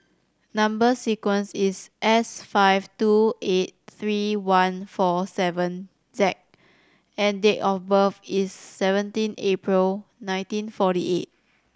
number sequence is S five two eight three one four seven Z and date of birth is seventeen April nineteen forty eight